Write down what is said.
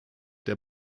der